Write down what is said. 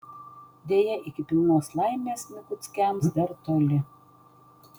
deja iki pilnos laimės mikuckiams dar toli